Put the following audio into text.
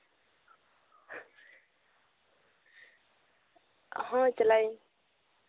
ᱦᱚᱸ ᱪᱟᱞᱟᱜ ᱤᱧ